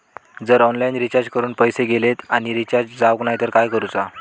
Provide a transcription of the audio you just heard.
जर online recharge करून पैसे गेले आणि रिचार्ज जावक नाय तर काय करूचा?